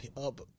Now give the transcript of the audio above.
up